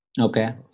Okay